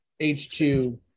H2